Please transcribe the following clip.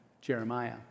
Jeremiah